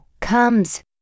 comes